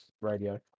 radio